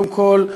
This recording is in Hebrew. קודם כול,